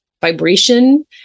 vibration